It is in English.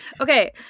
Okay